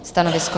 Stanovisko?